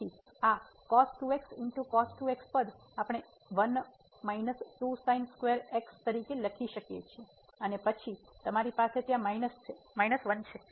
તેથી આ પદ આપણે 1 ઓછા સ્ક્વેર એક્સ તરીકે લખી શકીએ છીએ અને પછી તમારી પાસે ત્યાં માઇનસ1 છે